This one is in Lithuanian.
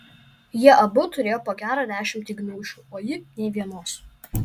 jie abu turėjo po gerą dešimtį gniūžčių o ji nė vienos